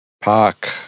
park